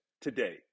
today